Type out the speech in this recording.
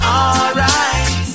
alright